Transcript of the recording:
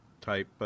type –